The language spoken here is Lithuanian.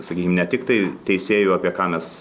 sakykim ne tiktai teisėjų apie ką mes